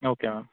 ah okay ma'am